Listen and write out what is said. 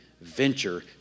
venture